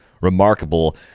remarkable